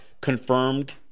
confirmed